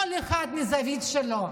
כל אחד מהזווית שלו,